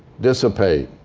dissipate?